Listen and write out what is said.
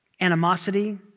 Animosity